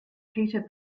peter